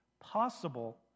possible